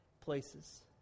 places